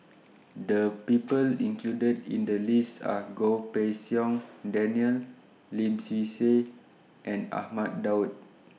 The People included in The list Are Goh Pei Siong Daniel Lim Swee Say and Ahmad Daud